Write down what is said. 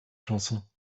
chansons